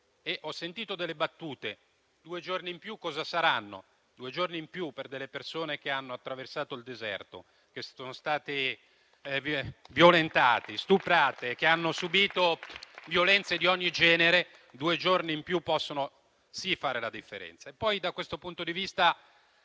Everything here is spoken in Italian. Ho sentito delle battute in cui ci si chiedeva cosa saranno due giorni in più. Per delle persone che hanno attraversato il deserto, che sono state violentate, stuprate, che hanno subìto violenze di ogni genere, due giorni in più possono sì fare la differenza.